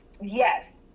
yes